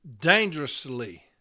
dangerously